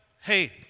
hey